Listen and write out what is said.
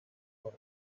gold